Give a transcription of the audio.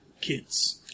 kids